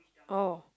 oh